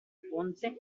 ponte